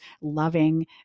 loving